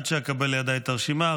שאקבל לידיי את הרשימה,